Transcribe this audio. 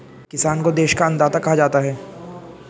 किसान को देश का अन्नदाता कहा जाता है